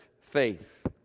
faith